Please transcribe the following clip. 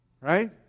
Right